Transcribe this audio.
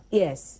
yes